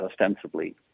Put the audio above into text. ostensibly